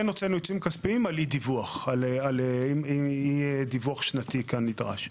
כן הוצאנו עיצומים כספיים על אי דיווח שנתי כנדרש.